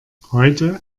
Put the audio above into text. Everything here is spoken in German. heute